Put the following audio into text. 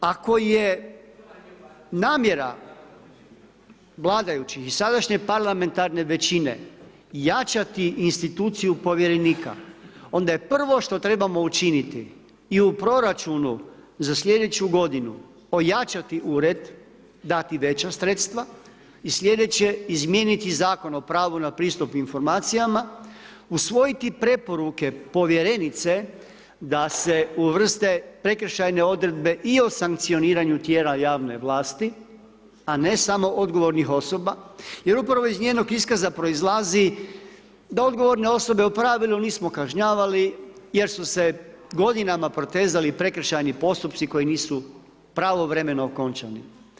Ako je namjera vladajućih i sadašnje parlamentarne većine jačati instituciju povjerenika, onda je prvo što trebamo učiniti i u proračunu za sljedeću g. ojačati ured, dati veća sredstva i sljedeće izmijeniti Zakon o pravu na pristup informacijama, usvojiti preporuke povjerenice, da se uvrste prekršajne odredbe i o sankcioniranje tijela javne vlasti, a ne samo odgovornih osoba, jer upravo iz njenog iskaza proizlazi, da odgovorne osobe u pravilu nismo kažnjavali, jer su se godinama protezali prekršajni postupci koji nisu pravovremeno okončani.